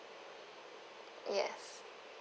yes